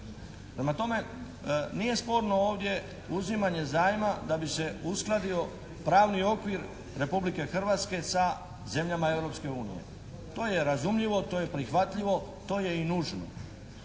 tome, nije sporno ovdje uzimanje zajma da bi se uskladio pravni okvir Republike Hrvatske sa zemljama Europske unije. To je razumljivo, to je prihvatljivo, to je i nužno.